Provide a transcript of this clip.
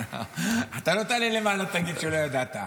אתה לא תעלה למעלה ותגיד שלא ידעת.